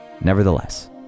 nevertheless